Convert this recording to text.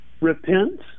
repent